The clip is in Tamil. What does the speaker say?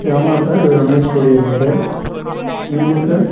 ஆமாம் சார் இது ரமேஷ் ஸ்டுடியோ தான் சார் நீங்கள் சார்